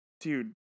dude